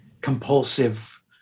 compulsive